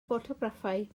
ffotograffau